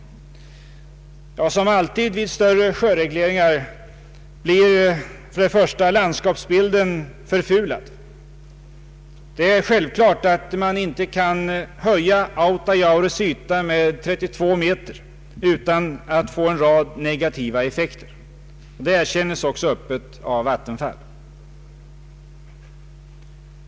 Som alltid vid större sjöregleringar blir först och främst landskapsbilden väsentligt förfulad. Det är självklart att man inte kan höja Autajaures yta med 32 meter utan att få en rad negativa effekter. Det erkänns också öppet av Vattenfall.